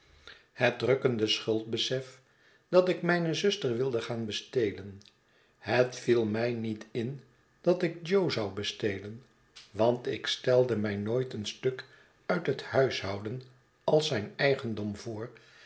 het drukkende schuldbesef dat ik mijne zuster wilde gaan bestelen het viel mij niet in dat ik jo zou bestelen want ik stelde mij nooit een stuk uit het huishouden als zijn eigendom voor